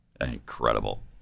Incredible